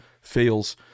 fails